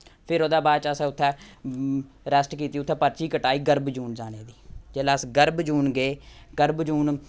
फिर ओह्दे बाद च असें उत्थै रैस्ट कीती उत्थै पर्ची कटाई गर्वजून जाने दी जिल्लै अस गर्वजून गे गर्वजून